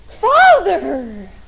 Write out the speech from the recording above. Father